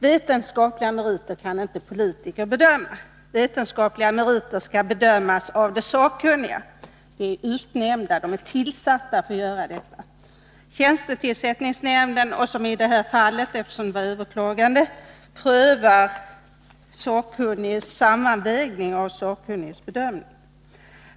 Vetenskapliga meriter kan inte politiker bedöma. Vetenskapliga meriter skall bedömas av de sakkunniga. De är utnämnda för att göra just detta. Tjänstetillsättningsnämnden, och i det här fallet styrelsen eftersom det rörde ett överklagande, prövar sammanvägningen av de sakkunnigas bedömning.